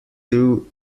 two